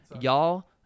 Y'all